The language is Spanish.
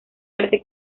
arte